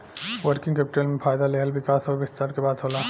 working capital में फ़ायदा लेहल विकास अउर विस्तार के बात होला